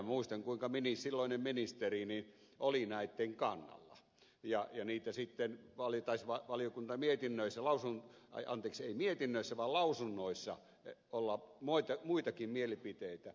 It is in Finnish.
muistan kuinka silloinen ministeri oli näitten kannalla ja niistä sitten valittaisivat valiokunnan mietinnössä lausun tai anteeksi mietinnössä on taisi valiokuntalausunnoissa olla muitakin mielipiteitä